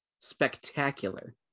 spectacular